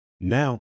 Now